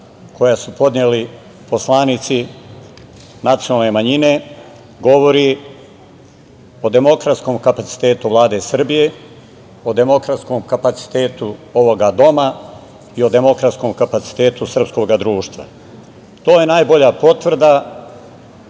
koja su podneli poslanici nacionalne manjine govori o demokratskom kapacitetu Vlade Srbije, o demokratskom kapacitetu ovoga doma i o demokratskom kapacitetu srpskog društva. To je najbolja potvrda